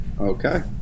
Okay